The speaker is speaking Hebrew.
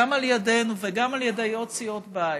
גם על ידינו וגם על ידי עוד סיעות בית,